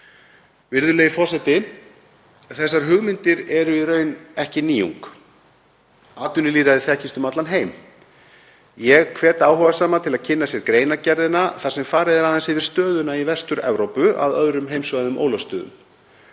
Virðulegur forseti. Þessar hugmyndir eru í raun ekki nýjung. Atvinnulýðræði þekkist um allan heim. Ég hvet áhugasama til að kynna sér greinargerðina þar sem farið er aðeins yfir stöðuna í Vestur-Evrópu að öðrum heimssvæðum ólöstuðum.